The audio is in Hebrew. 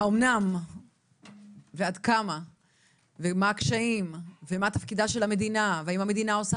האמנם ועד כמה ומהם הקשיים ומה תפקידה של המדינה והאם המדינה עושה